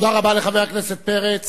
תודה רבה לחבר הכנסת פרץ.